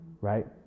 right